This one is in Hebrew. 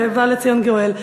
ובא לציון גואל.